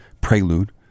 prelude